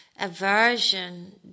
aversion